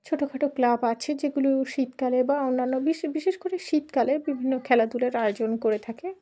ছোটখাটো ক্লাব আছে যেগুলো শীতকালে বা অন্যান্য বিশে বিশেষ করে শীতকালে বিভিন্ন খেলাধুলার আয়োজন করে থাকে